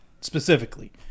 specifically